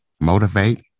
motivate